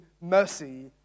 mercy